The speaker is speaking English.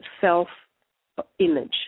self-image